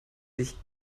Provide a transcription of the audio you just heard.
sich